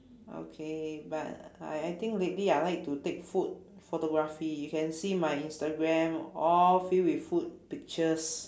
okay but I I think lately I like to take food photography you can see my instagram all filled with food pictures